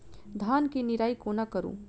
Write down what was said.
धान केँ निराई कोना करु?